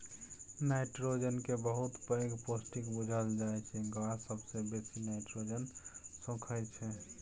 nitrogen केँ बहुत पैघ पौष्टिक बुझल जाइ छै गाछ सबसँ बेसी नाइट्रोजन सोखय छै